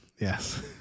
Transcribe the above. yes